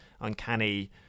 uncanny